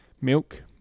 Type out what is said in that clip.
milk